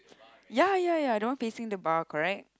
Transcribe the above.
ya ya ya the one facing the bar correct